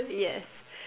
yes